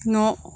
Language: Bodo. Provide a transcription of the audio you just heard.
न'